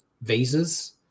visas